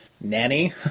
nanny